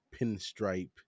pinstripe